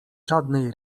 żadnej